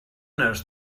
nyrs